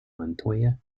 montoya